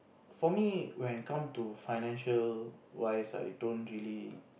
for me when come to financial wise right I don't really